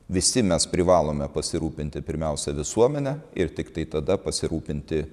visi mes privalome pasirūpinti pirmiausia visuomene ir tiktai tada pasirūpinti